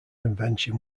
convention